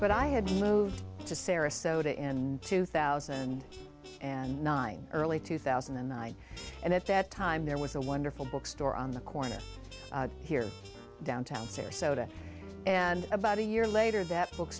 but i had to move to sarasota and two thousand and nine early two thousand and nine and at that time there was a wonderful bookstore on the corner here downtown sarasota and about a year later that